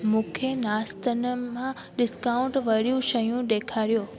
मूंखे नास्तनि मां डिस्काउंट वारियूं शयूं ॾेखारियो